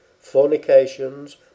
fornications